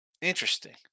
Interesting